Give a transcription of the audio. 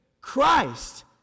Christ